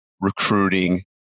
recruiting